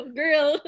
girl